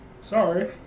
Sorry